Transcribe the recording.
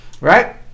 right